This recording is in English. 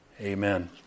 amen